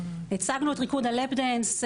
הצגנו את ריקוד ה"לאפ דאנס".